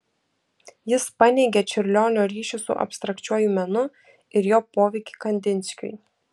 jis paneigė čiurlionio ryšį su abstrakčiuoju menu ir jo poveikį kandinskiui